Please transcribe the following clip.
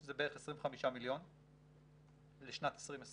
שזה בערך 25 מיליון לשנת 2020,